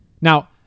Now